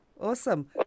Awesome